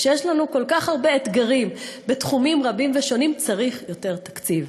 כשיש לנו כל כך הרבה אתגרים בתחומים רבים ושונים צריך יותר תקציב,